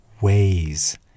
ways